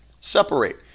separate